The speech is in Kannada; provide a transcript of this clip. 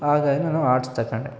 ಆಗಾಗ ನಾನು ಆರ್ಟ್ಸ್ ತಗೊಂಡೆ